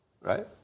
right